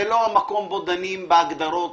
זה לא המקום שבו דנים בהגדרות.